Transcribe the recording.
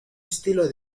estilo